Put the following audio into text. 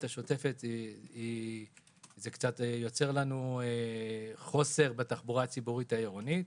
השוטפת זה יוצר לנו חוסר בתחבורה הציבורית העירונית,